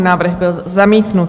Návrh byl zamítnut.